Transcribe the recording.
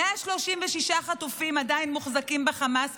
136 חטופים עדיין מוחזקים על ידי חמאס,